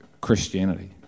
Christianity